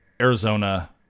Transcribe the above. Arizona